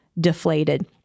deflated